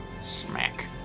Smack